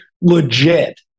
legit